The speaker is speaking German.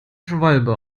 schwalbe